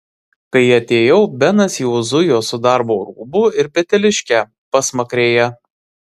kai atėjau benas jau zujo su darbo rūbu ir peteliške pasmakrėje